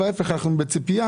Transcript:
ואנחנו בציפייה